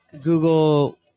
google